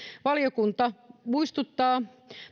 valiokunta muistuttaa